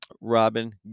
Robin